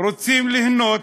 רוצים ליהנות